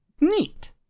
Neat